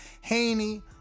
Haney